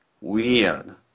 Weird